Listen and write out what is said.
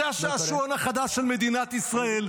זה השעשועון החדש של מדינת ישראל.